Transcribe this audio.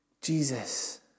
Jesus